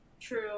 True